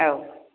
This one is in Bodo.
औ